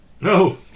No